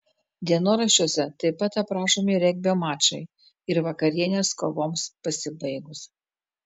dienoraščiuose taip pat aprašomi regbio mačai ir vakarienės kovoms pasibaigus